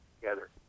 together